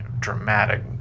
Dramatic